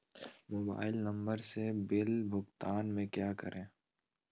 Mobile number से bill भुगतान में क्या करें?